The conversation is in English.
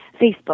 Facebook